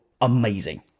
amazing